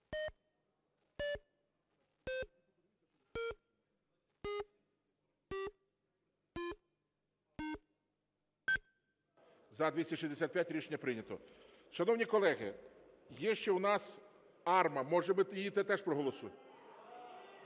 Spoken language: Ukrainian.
За-265 Рішення прийнято. Шановні колеги, є ще у нас АРМА. Може, ми її теж проголосуємо?